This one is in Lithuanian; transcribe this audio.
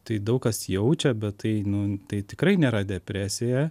tai daug kas jaučia bet tai nu tai tikrai nėra depresija